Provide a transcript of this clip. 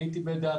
הייתי בדעה